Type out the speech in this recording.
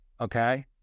Okay